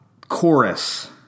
chorus